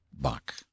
Bach